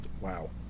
Wow